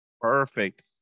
Perfect